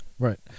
Right